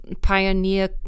pioneer